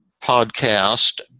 podcast